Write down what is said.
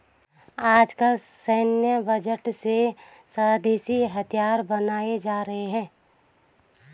आजकल सैन्य बजट से स्वदेशी हथियार बनाये भी जा रहे हैं